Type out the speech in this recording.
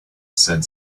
said